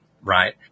right